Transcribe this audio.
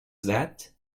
that